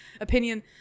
opinion